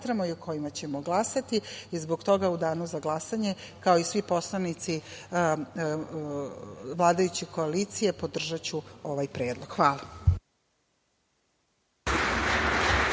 i o kojima ćemo glasati. Zbog toga u danu za glasanje, kao i svi poslanici vladajuće koalicije, podržaću ovaj predlog. Hvala.